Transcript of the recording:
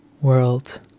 world